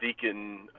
Deacon